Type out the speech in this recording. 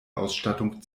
ausstattung